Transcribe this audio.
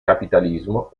capitalismo